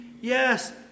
yes